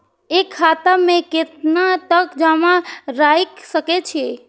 एक खाता में केतना तक जमा राईख सके छिए?